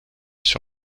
sur